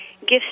gifts